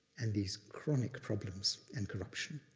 and these chronic problems and corruption.